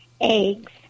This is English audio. eggs